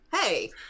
hey